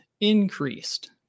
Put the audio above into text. increased